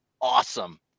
awesome